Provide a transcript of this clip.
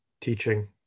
teaching